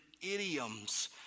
idioms